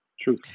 True